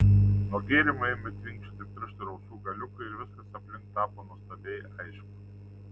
nuo gėrimo ėmė tvinkčioti pirštų ir ausų galiukai ir viskas aplink tapo nuostabiai aišku